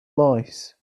lice